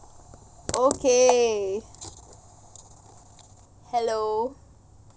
okay hello